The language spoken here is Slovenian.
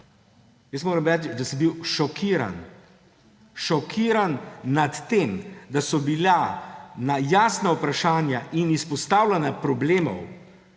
Jaz moram reči, da sem bil šokiran, šokiran nad tem, da so bila na jasna vprašanja in izpostavljanje problemov